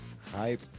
hype